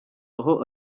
aho